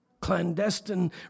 clandestine